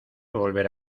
volver